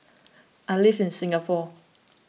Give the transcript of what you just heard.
I live in Singapore